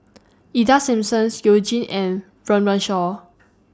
Ida Simmons YOU Jin and Run Run Shaw